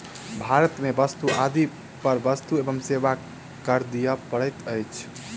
भारत में वस्तु आदि पर वस्तु एवं सेवा कर दिअ पड़ैत अछि